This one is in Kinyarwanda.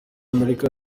amerika